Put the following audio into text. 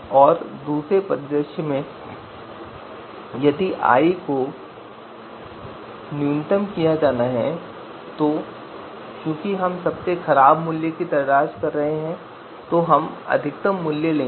और दूसरे परिदृश्य में यदि मानदंड i को न्यूनतम किया जाना है तो चूंकि हम सबसे खराब मूल्य की तलाश कर रहे हैं हम अधिकतम मूल्य लेंगे